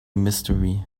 mystery